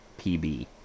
PB